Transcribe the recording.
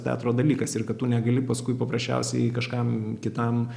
teatro dalykas ir kad tu negali paskui paprasčiausiai kažkam kitam